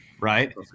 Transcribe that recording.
Right